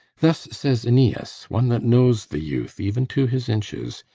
thus says aeneas, one that knows the youth even to his inches,